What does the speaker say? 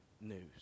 news